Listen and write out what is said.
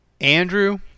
Andrew